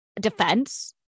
defense